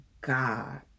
God